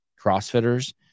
CrossFitters